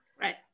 Right